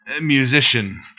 musician